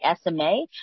SMA